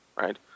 right